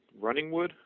Runningwood